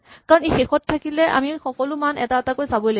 কাৰণ ই শেষত থাকিলে আমি সকলো মান এটা এটাকৈ চাব লাগিব